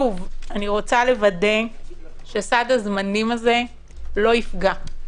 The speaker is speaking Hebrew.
אני רוצה לוודא, שהוא לא יפגע.